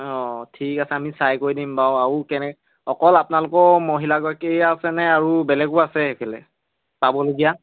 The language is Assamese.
অ' ঠিক আছে আমি চাই কৰি দিম বাৰু আৰু কেনে অকল আপোনালোকৰ মহিলাগৰাকী আছেনে আৰু বেলেগো আছে সেইফালে পাবলগীয়া